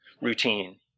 routine